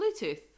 Bluetooth